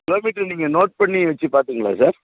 kilo metre நீங்கள் note பண்ணி வைச்சு பார்த்தீங்களா சார்